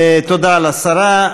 תודה לשרה.